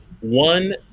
one